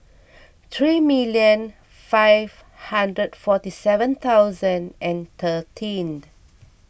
three million five hundred forty seven thousand and thirteen